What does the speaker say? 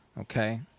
Okay